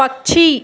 पक्षी